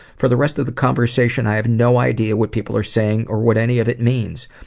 for the rest of the conversation, i have no idea what people are saying or what any of it means.